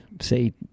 say